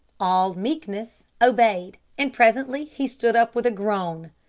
all meekness, obeyed, and presently he stood up with a groan.